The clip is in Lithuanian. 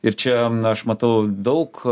ir čia aš matau daug